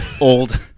old